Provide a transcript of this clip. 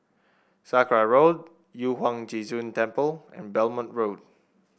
Sakra Road Yu Huang Zhi Zun Temple and Belmont Road